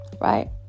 right